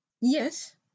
Yes